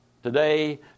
Today